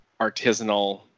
artisanal